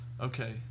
Okay